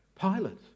Pilate